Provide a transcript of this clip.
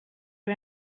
you